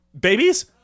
Babies